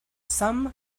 some